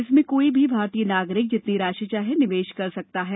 इसमें कोई भी भारतीय नागरिक जितनी राशि चाहे निवेश कर सकता है